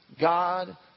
God